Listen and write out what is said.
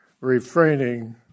refraining